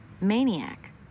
maniac